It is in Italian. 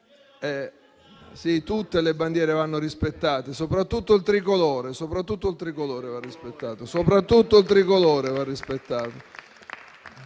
Sì, tutte le bandiere vanno rispettate, soprattutto il Tricolore. Soprattutto il Tricolore va rispettato